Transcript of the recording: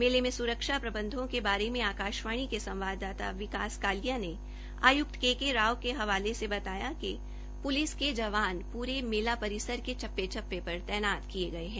मेले में स्रक्षाप्रबंधों के बारे में आकाशवाणी के संवाददाता विकास कालिया ने ने उपाय्क्त के के राव के हवाले से बताया कि प्लिस के जवान प्रे मेला परिसर के चप्पे चप्पे चप्पे पर तैनात किये गये है